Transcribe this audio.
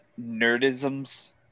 nerdisms